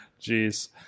Jeez